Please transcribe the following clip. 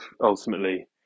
ultimately